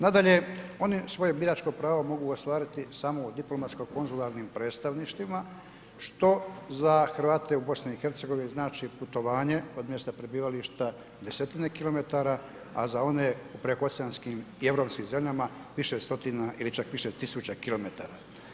Nadalje, oni svoje biračko pravo mogu ostvariti samo u diplomatsko konzularnim predstavništvima, što za Hrvate u BiH znači putovanje od mjesta prebivališta desetine kilometara, a za one u prekooceanskim i europskim zemljama, više stotina ili čak više tisuća kilometara.